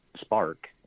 spark